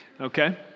Okay